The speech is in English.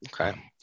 Okay